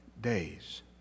days